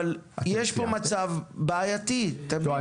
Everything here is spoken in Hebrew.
אבל יש פה מצב בעייתי, תבינו.